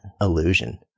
illusion